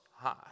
high